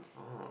oh